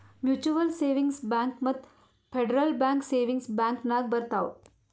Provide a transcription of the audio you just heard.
mutual savings bank ಮತ್ತ federal bank savings bank ನಾಗ್ ಬರ್ತಾವ್